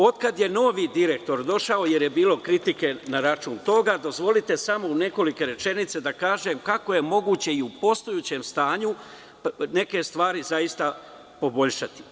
Od kada je novi direktor došao, jer je bilo kritike na račun toga, dozvolite samo u nekoliko rečenica da kažem kako je moguće i u postojećem stanju neke stvari poboljšati.